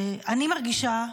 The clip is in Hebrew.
כי אני מרגישה,